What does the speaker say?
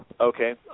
Okay